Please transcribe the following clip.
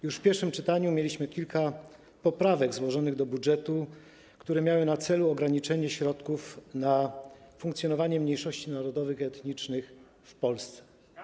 Już w pierwszym czytaniu mieliśmy kilka poprawek złożonych do budżetu, które miały na celu ograniczenie środków na funkcjonowanie mniejszości narodowych i etnicznych w Polsce.